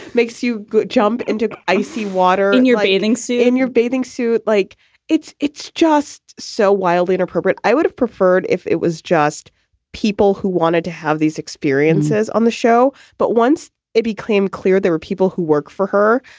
makes you jump into icy water in your bathing suit, in your bathing suit. like it's it's just so wildly inappropriate. i would have preferred if it was just people who wanted to have these experiences on the show. but once it became clear there were people who work for her.